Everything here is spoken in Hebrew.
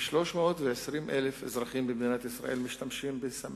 שכ-320,000 אזרחים במדינת ישראל משתמשים בסמים,